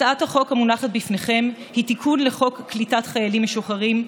הצעת החוק המונחת בפניכם היא תיקון לחוק קליטת חיילים משוחררים,